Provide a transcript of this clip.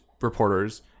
reporters